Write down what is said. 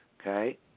Okay